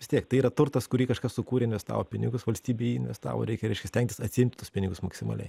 vis tiek tai yra turtas kurį kažkas sukūrė investavo pinigus valstybė į jį investavo reikia reiškia stengtis atsiimt tuos pinigus maksimaliai